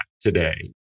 today